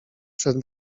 przed